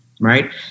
right